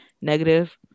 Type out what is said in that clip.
negative